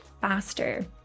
faster